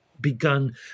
begun